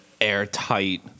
airtight